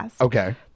okay